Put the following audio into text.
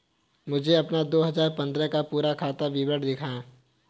मुझे अपना दो हजार पन्द्रह का पूरा खाता विवरण दिखाएँ?